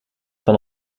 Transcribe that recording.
van